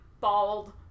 bald